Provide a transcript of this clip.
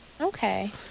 Okay